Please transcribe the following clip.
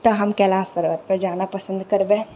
तऽ हम कैलाश पर्वतपर जाना पसन्द करबै